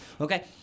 Okay